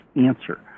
answer